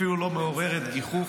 אפילו לא מעוררת גיחוך.